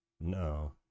no